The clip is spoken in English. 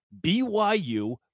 BYU